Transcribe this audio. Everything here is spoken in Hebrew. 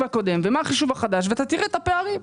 הקודם ומה החישוב החדש ואתה תראה את הפערים.